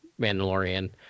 Mandalorian